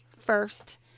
first